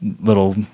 little